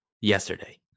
yesterday